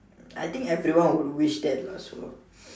I think everyone would wish that lah so